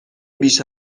بیش